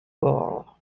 gall